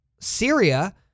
Syria